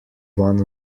one